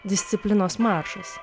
disciplinos mačas